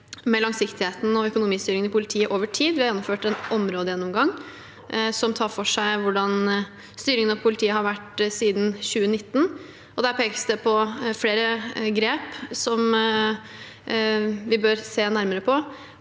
med langsiktigheten og økonomistyringen i politiet over tid. Vi har gjennomført en områdegjennomgang som tar for seg hvordan styringen av politiet har vært siden 2019. Der pekes det på flere grep som vi bør se nærmere på